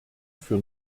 für